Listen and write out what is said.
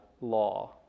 law